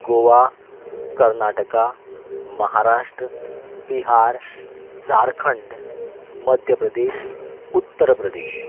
Goa Karnataka Maharashtra Bihar Jharkhand Madhya Pradesh Uttar Pradesh